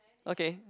okay